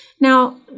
Now